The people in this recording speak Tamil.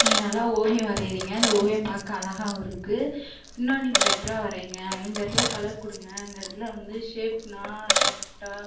நீங்கள் நல்லா ஓவியம் வரையறீங்க அந்த ஓவியம் பார்க்க அழகாகவும் இருக்கு இன்னும் நீங்கள் பெட்டரா வரையுங்க இந்த இடத்துல கலர் கொடுங்க இந்த இடத்தில் வந்து ஷேப்னா கரெக்ட்டாக